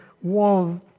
one